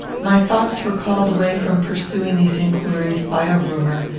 my thoughts were called away from pursuing these inquiries by a rumour,